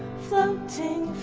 floating,